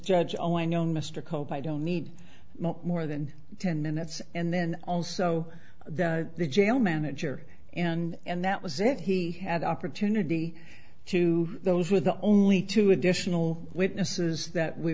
judge oh i know mr cope i don't need more than ten minutes and then also the jail manager and that was it he had the opportunity to those were the only two additional witnesses that we